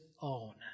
own